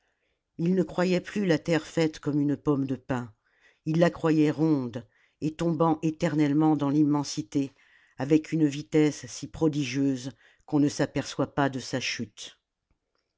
il ne croyait plus la terre faite comme une pomme de pin il la croyait ronde et tombant éternellement dans l'immensité avec une vitesse si prodipieuse qu'on ne s'aperçoit pas de sa chute